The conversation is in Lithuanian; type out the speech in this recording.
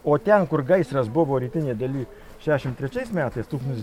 o ten kur gaisras buvo rytinėj daly šešiasdešim trečiais metais tūkstantis